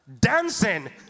Dancing